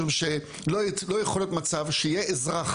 משום שלא יכול להיות מצב שיהיה אזרח